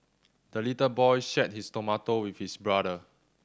the little boy shared his tomato with his brother